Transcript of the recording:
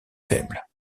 faible